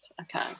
okay